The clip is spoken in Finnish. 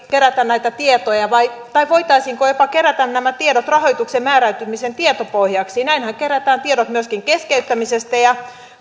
kerätä näitä tietoja tai voitaisiinko jopa kerätä nämä tiedot rahoituksen määräytymisen tietopohjaksi niinhän kerätään tiedot myöskin keskeyttämisestä ja